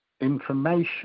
information